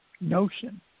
notion